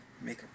make